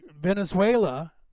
Venezuela